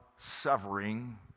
severing